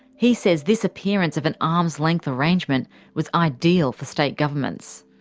he says this appearance of an arms-length arrangement was ideal for state governments.